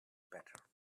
better